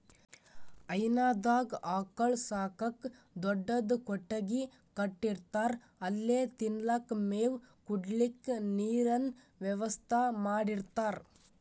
ಹೈನಾದಾಗ್ ಆಕಳ್ ಸಾಕಕ್ಕ್ ದೊಡ್ಡದ್ ಕೊಟ್ಟಗಿ ಕಟ್ಟಿರ್ತಾರ್ ಅಲ್ಲೆ ತಿನಲಕ್ಕ್ ಮೇವ್, ಕುಡ್ಲಿಕ್ಕ್ ನೀರಿನ್ ವ್ಯವಸ್ಥಾ ಮಾಡಿರ್ತಾರ್